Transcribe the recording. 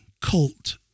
cult